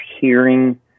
hearing